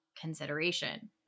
consideration